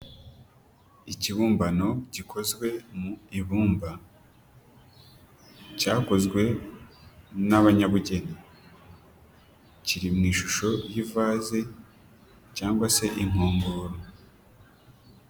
Ikibumbano gikozwe mu ibumba, cyakozwe n'abanyabugeni, kiri mu ishusho y'ivaze cyangwa se inkongoro.